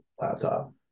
laptop